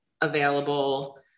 available